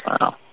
wow